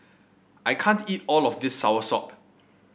I can't eat all of this soursop